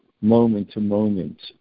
moment-to-moment